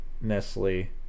Nestle